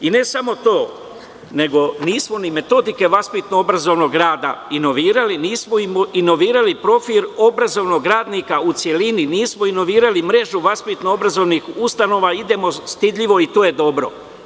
Ne samo to, nego nismo ni metodike vaspitno obrazovnog rada inovirali, nismo inovirali profil obrazovnog radnika u celini, nismo inovirali mrežu vaspitno obrazovnih ustanova, idemo stidljivo i to je dobro.